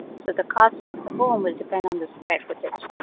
so the cost of the home will depend on the square footage.